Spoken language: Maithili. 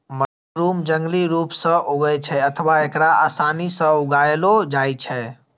मशरूम जंगली रूप सं उगै छै अथवा एकरा आसानी सं उगाएलो जाइ छै